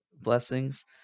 blessings